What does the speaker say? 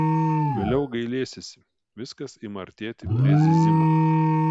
vėliau gailėsiesi viskas ima artėti prie zyzimo